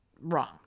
wrong